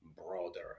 broader